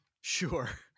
Sure